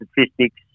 statistics